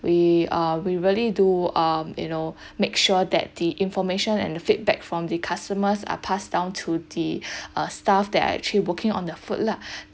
we uh we really do um you know make sure that the information and the feedback from the customers are passed down to the uh staff that are actually working on their food lah